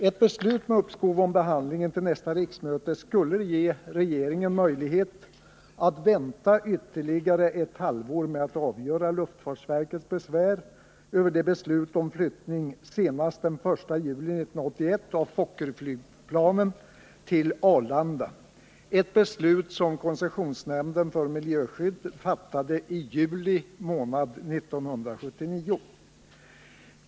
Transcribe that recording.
Ett beslut om uppskov med behandlingen till nästa riksmöte skulle ge regeringen möjlighet att vänta ytterligare ett halvår med att avgöra luftfartsverkets besvär över beslutet om flyttning senast den 1 juli 1981 av Fokkerflygplanen till Arlanda, ett beslut som koncessionsnämnden för miljöskydd fattade i juli månad 1979.